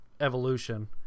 Evolution